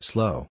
Slow